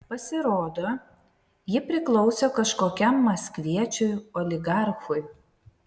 pasirodo ji priklausė kažkokiam maskviečiui oligarchui